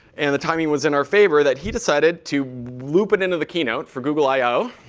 and the timing was in our favor that he decided to loop it into the keynote for google i o,